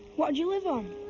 why would you live on?